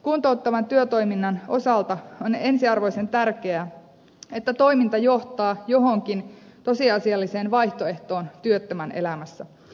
kuntouttavan työtoiminnan osalta on ensiarvoisen tärkeää että toiminta johtaa johonkin tosiasialliseen vaihtoehtoon työttömän elämässä